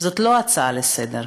זו לא הצעה לסדר-היום,